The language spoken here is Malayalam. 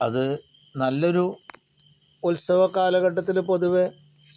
അത് നല്ലൊരു ഉത്സവ കാലഘട്ടത്തില് പൊതുവെ